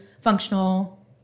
functional